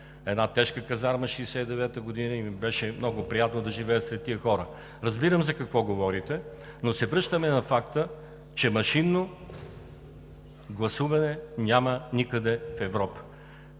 една тежка казарма 1969 г., и ми беше много приятно да живея сред тези хора. Разбирам за какво говорите, но се връщаме на факта, че машинно гласуване няма никъде в Европа.